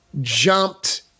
jumped